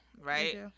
right